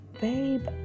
babe